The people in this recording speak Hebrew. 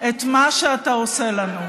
את מה שאתה עושה לנו.